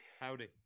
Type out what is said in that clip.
Howdy